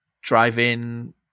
driving